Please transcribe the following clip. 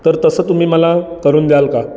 तर तसं तुम्ही मला करून द्याल का